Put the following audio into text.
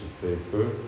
paper